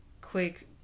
quick